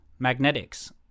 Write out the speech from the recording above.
Magnetics